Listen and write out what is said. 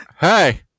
hey